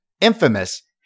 infamous